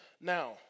Now